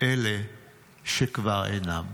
אלה שכבר אינם".